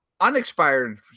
unexpired